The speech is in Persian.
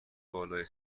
بالای